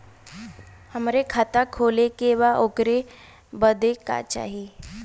हमके खाता खोले के बा ओकरे बादे का चाही?